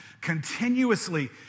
continuously